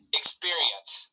experience